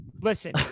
Listen